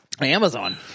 Amazon